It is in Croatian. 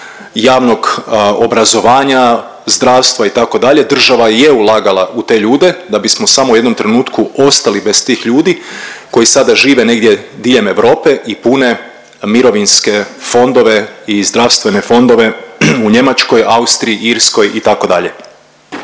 javnog obrazovanja, zdravstva itd. država i je ulagala u te ljude da bismo samo u jednom trenutku ostali bez tih ljudi koji sada žive negdje diljem Europe i pune mirovinske fondove i zdravstvene fondove u Njemačkoj, Austriji, Irskoj itd..